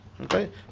Okay